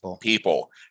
people